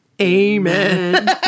Amen